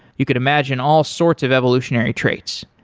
you could imagine all sorts of evolutionary traits.